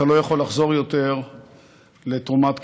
אתה לא יכול לחזור יותר לתרומת כליה.